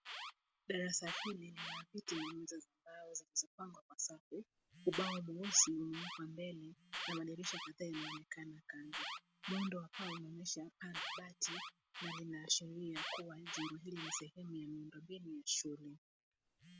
Darasa hili lina viti na meza za mbao zilizopangwa kwa safi. Ubao mweusi umeekwa mbele na madirisha kadhaa yanaonekana kando. Muundo wa paa unaonyesha paa la bati na linaashiria kuwa jengo hili ni sehemu ya miundo mbinu ya shule.